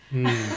mm